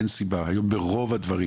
היום ברוב הדברים